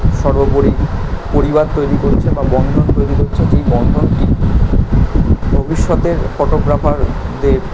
সর্বোপরি পরিবার তৈরি করছে বা বন্ধন তৈরি করছে যেই বন্ধনটি ভবিষ্যতের ফটোগ্রাফারদের